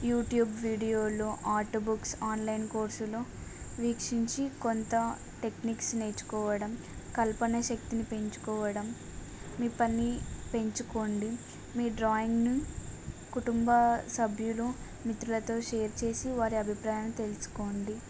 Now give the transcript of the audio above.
YouTube వీడియోలు art books online కోర్సులు వీక్షించి కొంత టెక్నిక్స్ నేర్చుకోవడం కల్పన శక్తిని పెంచుకోవడం మీ పని పెంచుకోండి మీ డ్రాయింగ్ను కుటుంబ సభ్యులు మిత్రులతో షేర్ చేసి వారి అభిప్రాయాన్ని తెలుసుకోండి